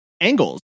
angles